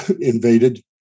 invaded